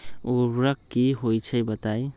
उर्वरक की होई छई बताई?